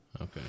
Okay